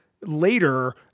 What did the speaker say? later